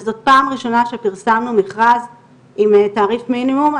וזאת פעם ראשונה שפרסמנו מכרז עם תעריף מינימום.